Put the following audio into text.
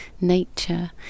nature